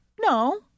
No